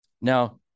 Now